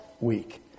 week